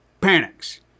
panics